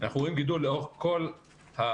אנחנו רואים גידול לאורך כל הקשת